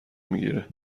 میگیره